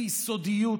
ביסודיות,